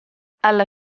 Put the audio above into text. alla